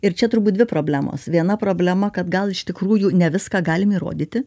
ir čia turbūt dvi problemos viena problema kad gal iš tikrųjų ne viską galim įrodyti